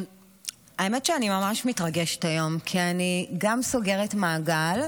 האמת, אני ממש מתרגשת היום, גם כי אני סוגרת מעגל,